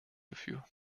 dafür